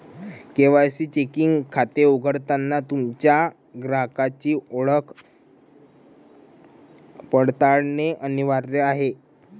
KYC checking खाते उघडताना तुमच्या ग्राहकाची ओळख पडताळणे अनिवार्य आहे